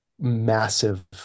massive